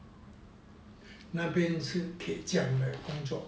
那边是铁匠的工作